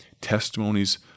Testimonies